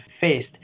faced